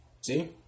See